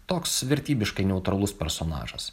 toks vertybiškai neutralus personažas